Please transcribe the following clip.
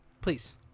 please